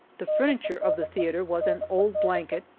the furniture of the theatre was an old blanket,